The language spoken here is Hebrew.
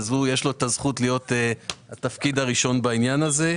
אז יש לו את הזכות להיות בעל התפקיד הראשון בכנסת הזאת.